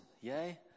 Yay